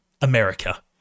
America